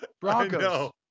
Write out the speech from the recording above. Broncos